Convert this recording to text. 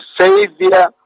Savior